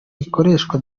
rikoreshwa